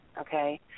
okay